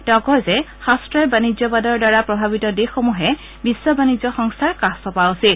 তেওঁ কয় যে সাশ্ৰয় বাণিজ্য বাদৰ দ্বাৰা প্ৰভাৱিত দেশসমূহে বিধ বাণিজ্য সংস্থাৰ কাষ চপা উচিত